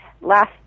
Last